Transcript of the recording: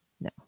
No